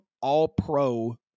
All-Pro